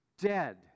dead